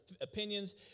opinions